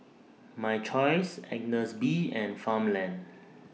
My Choice Agnes B and Farmland